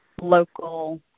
local